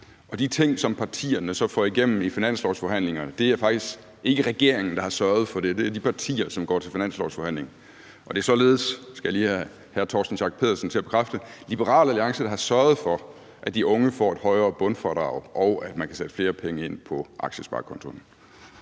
Og de ting, som partierne så får igennem i finanslovsforhandlingerne, er det faktisk ikke regeringen der har sørget for. Det er de partier, som går til finanslovsforhandling. Det er således, skal jeg lige have hr. Torsten Schack Pedersen til at bekræfte, Liberal Alliance, der har sørget for, at de unge får et højere bundfradrag, og at man kan sætte flere penge ind på aktiesparekontoen.